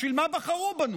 בשביל מה בחרו בנו?